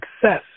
success